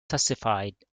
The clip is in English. testified